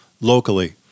locally